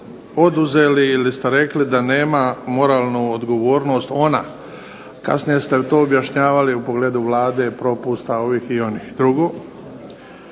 oduzeli ili ste rekli da nema moralnu odgovornost ona. Kasnije ste to objašnjavali u pogledu Vlade, propusta ovih i onih.